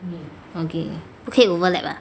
okay 不可以 overlap ah